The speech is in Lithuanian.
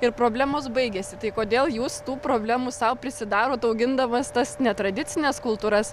ir problemos baigėsi tai kodėl jūs tų problemų sau prisidarot augindamas tas netradicines kultūras